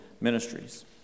Ministries